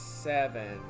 Seven